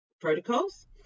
protocols